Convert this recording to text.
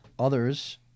Others